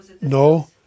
No